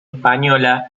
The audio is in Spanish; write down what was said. española